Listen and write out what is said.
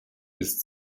ist